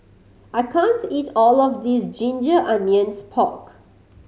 I can't eat all of this ginger onions pork